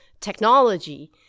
technology